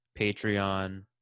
patreon